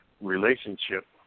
relationship